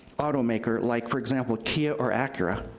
automaker, like for example kia or acura,